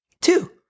Two